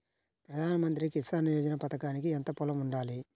ప్రధాన మంత్రి కిసాన్ యోజన పథకానికి ఎంత పొలం ఉండాలి?